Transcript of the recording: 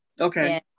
Okay